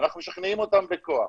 אנחנו משכנעים אותם בכוח.